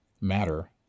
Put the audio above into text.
matter